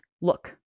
look